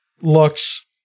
Looks